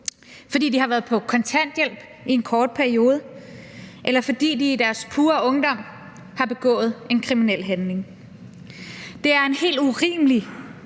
fordi de har været på kontanthjælp i en kort periode, eller fordi de i deres pure ungdom har begået en kriminel handling. Det er en helt urimelig